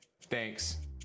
Thanks